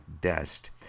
dust